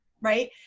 right